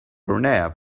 arnav